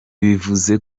bivuze